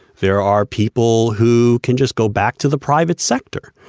there are people who can just go back to the private sector.